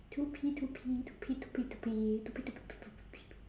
to pee to pee to pee to pee to pee to pee to pee to pee pee pee pee pee pee pee